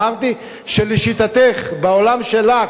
אמרתי שלשיטתך, בעולם שלך,